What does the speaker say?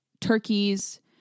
turkeys